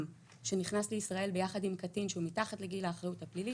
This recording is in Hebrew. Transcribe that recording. שנכנס לישראל ביחד עם קטין שהוא מתחת לגיל האחריות הפלילית,